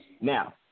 Now